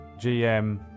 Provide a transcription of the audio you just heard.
GM